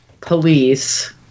police